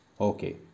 Okay